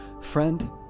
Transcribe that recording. Friend